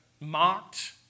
Mocked